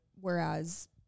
whereas